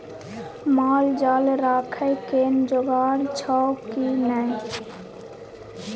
माल जाल राखय के जोगाड़ छौ की नै